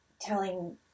telling